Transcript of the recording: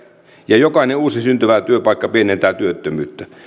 ja jokainen uusi syntyvä työpaikka pienentää työttömyyttä